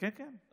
כן, כן.